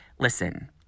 Listen